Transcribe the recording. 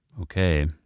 Okay